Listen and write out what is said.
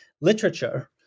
literature